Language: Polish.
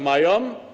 Mają.